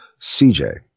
CJ